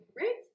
right